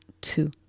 two